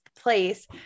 place